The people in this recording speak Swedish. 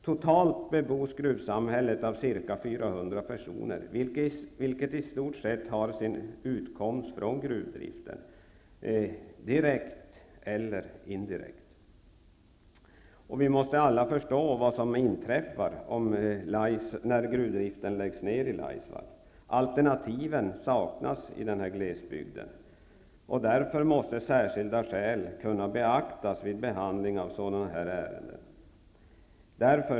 Totalt bebos gruvsamhället av ca 400 personer, vilka i stort sett har sin utkomst från gruvdriften -- direkt eller indirekt. Vi måste alla förstå vad som inträffar när gruvdriften läggs ner i Laisvall. Det saknas alternativ i denna glesbygd. Därför måste särskilda skäl kunna beaktas vid behandling av sådana ärenden.